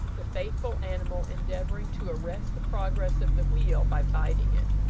the faithful animal endeavouring to arrest the progress of the wheel by biting it.